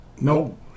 No